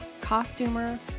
costumer